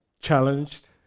challenged